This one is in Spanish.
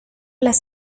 las